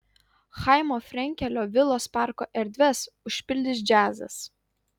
chaimo frenkelio vilos parko erdves užpildys džiazas